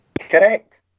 Correct